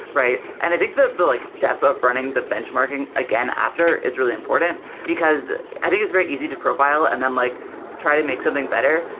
right? and i think the like stuff of running the benchmarking again after is really important because i think it's very easy to profile and then like try to make something better,